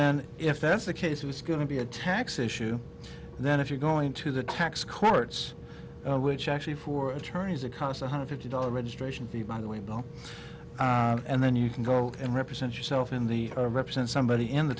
then if that's the case it was going to be a tax issue then if you're going to the tax courts which actually for attorneys a cost one hundred fifty dollars registration fee by the way both are and then you can go and represent yourself in the represent somebody in the